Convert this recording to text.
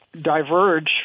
diverge